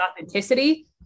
authenticity